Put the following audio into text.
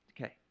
okay